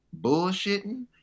bullshitting